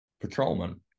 patrolman